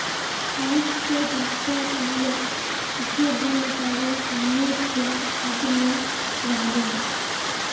आइज स दस साल पहले जे बैल गाड़ीर अहमियत छिले अब नइ रह ले